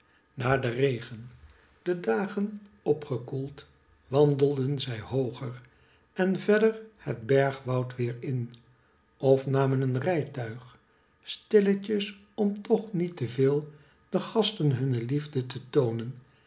na den regen de dagen opgekoeld wandelden zij hooger en verder het bergwoud weer in of namen een rijtuig stilletjes om toch niet te veel den gasten hunne liefde te toonen